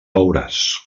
veuràs